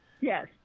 yes